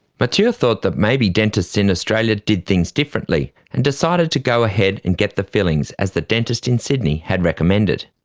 but thought that maybe dentists in australia did things differently, and decided to go ahead and get the fillings, as the dentist in sydney had recommended.